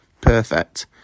Perfect